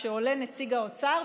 כשעולה נציג האוצר,